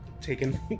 taken